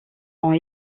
ont